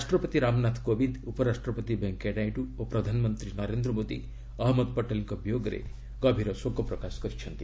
ରାଷ୍ଟ୍ରପତି ରାମନଥ କୋବିନ୍ଦ ଉପରାଷ୍ଟ୍ରପତି ଭେଙ୍କିୟା ନାଇଡୁ ଓ ପ୍ରଧାନମନ୍ତ୍ରୀ ନରେନ୍ଦ୍ର ମୋଦି ଅହଞ୍ମଦ ପଟେଲ୍ଙ୍କ ବିୟୋଗରେ ଗଭୀର ଶୋକ ପ୍ରକାଶ କରିଛନ୍ତି